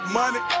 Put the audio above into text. money